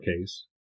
case